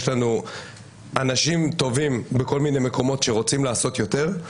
יש לנו אנשים טובים בכל מיני מקומות שרוצים לעשות יותר,